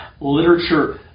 literature